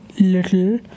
little